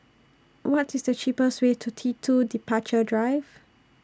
What IS The cheapest Way to T two Departure Drive